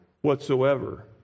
whatsoever